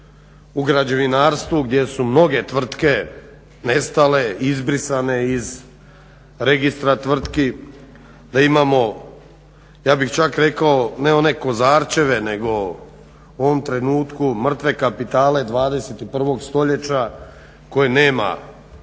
u građevinarstvu gdje su mnoge tvrtke nestale, izbrisane iz registra tvrtki, da imamo ja bih čak rekao ne one kozarčeve nego u ovom trenutku mrtve kapitale 21.stoljeća koje nema ne